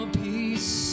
peace